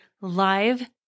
live